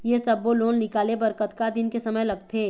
ये सब्बो लोन निकाले बर कतका दिन के समय लगथे?